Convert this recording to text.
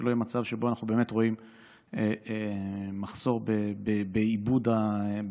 שלא יהיה מצב שבו אנחנו באמת רואים מחסור בעיבוד הקרקע.